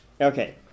Okay